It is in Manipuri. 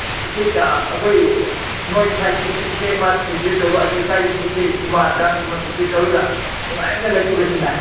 ꯏꯁꯩ ꯑꯩꯈꯣꯏ ꯅꯣꯏ ꯁꯥꯏꯠꯇꯒꯤꯁꯨ ꯏꯁꯩ ꯑꯃ ꯄ꯭ꯔꯤꯄꯦꯌꯥꯔ ꯇꯧꯔꯣ ꯑꯩꯈꯣꯏ ꯁꯥꯏꯠꯇꯁꯨ ꯏꯁꯩꯀꯨꯝꯕ ꯗꯥꯟꯁꯀꯨꯝꯕ ꯄ꯭ꯔꯤꯄꯦꯌꯥꯔ ꯇꯧꯔꯒ ꯅꯨꯡꯉꯥꯏꯅ ꯂꯩꯊꯣꯛꯂꯁꯤꯅꯦ